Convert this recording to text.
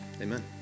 Amen